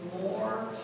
more